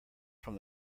from